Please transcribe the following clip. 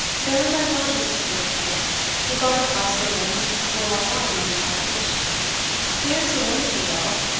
they are in my lodgings at fairport we brought a parcel of them to cool our wine on the passage they answer wonderfully well.